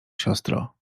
siostro